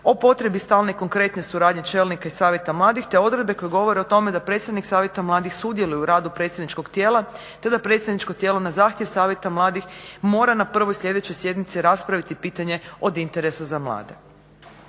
o potrebi stalne, konkretne suradnje čelnika i savjeta mladih te odredbe koje govore o tome da predsjednik savjeta mladih sudjeluje u radu predstavničkog tijela te da predstavničko tijelo na zahtjev savjeta mladih mora na prvoj sljedećoj sjednici raspraviti pitanje od interesa za mlade.